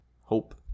Hope